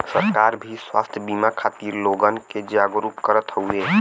सरकार भी स्वास्थ बिमा खातिर लोगन के जागरूक करत हउवे